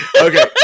Okay